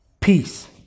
peace